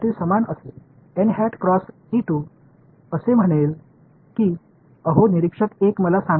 சரிதானே பார்வையாளரால் கடக்க முடியாது